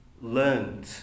learned